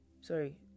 Sorry